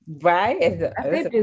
Right